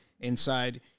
inside